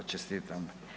Čestitam.